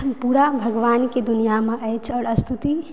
पूरा भगवान के दुनिआमे अछि आओर स्तुति